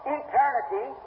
eternity